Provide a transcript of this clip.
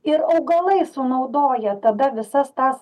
ir augalai sunaudoja tada visas tas